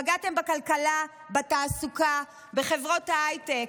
פגעתם בכלכלה, בתעסוקה, בחברות ההייטק.